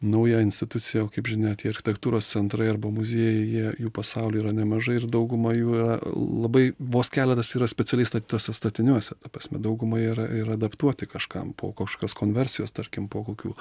nauja institucija o kaip žinia tie architektūros centrai arba muziejai jie jų pasauly yra nemažai ir dauguma jų yra labai vos keletas yra specialiai statytuose statiniuose ta prasme dauguma yra ir adaptuoti kažkam po kažkokios konversijos tarkim po kokių